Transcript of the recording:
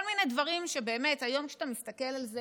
כל מיני דברים שבאמת היום כשאתה מסתכל על זה